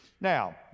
Now